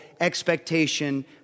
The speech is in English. expectation